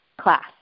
class